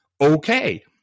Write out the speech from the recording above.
okay